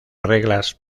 reglas